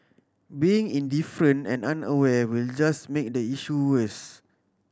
being indifferent and unaware will just make the issue worse